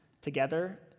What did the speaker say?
together